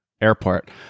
airport